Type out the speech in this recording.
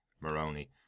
Moroni